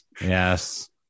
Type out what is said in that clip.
Yes